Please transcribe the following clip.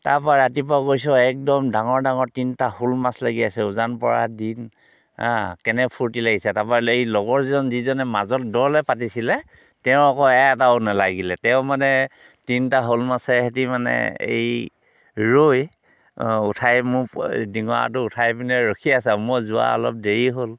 তাৰ পৰা ৰাতিপুৱা গৈছোঁ আৰু একদম ডাঙৰ ডাঙৰ তিনিটা শ'ল মাছ লাগি আছে উজান পৰা দিন কেনে ফূৰ্তি লাগিছে তাৰ পৰা এই লগৰ যিজন যিজনে মাজত দ'লৈ পাতিছিলে তেওঁৰ আকৌ এটাও নেলাগিলে তেওঁ মানে তিনিটা শ'ল মাছে হেতি মানে এই ৰৈ উঠাই মোৰ দিঙৰাটো উঠাই পিনে ৰখি আছে আৰু মই যোৱা অলপ দেৰি হ'ল